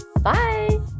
Bye